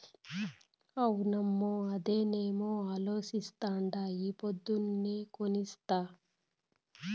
అవునమ్మో, అదేనేమో అలోచిస్తాండా ఈ పొద్దే కొని తెస్తా